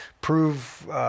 Prove